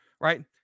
right